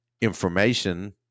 information